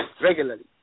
Regularly